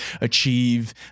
achieve